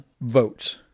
votes